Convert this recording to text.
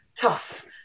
tough